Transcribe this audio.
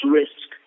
risk